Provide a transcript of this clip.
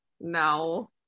No